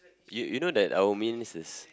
you you know that our mains is